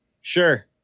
sure